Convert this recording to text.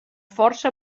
força